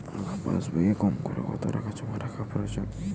পাশবইয়ে কমকরে কত টাকা জমা রাখা প্রয়োজন?